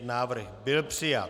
Návrh byl přijat.